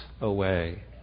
away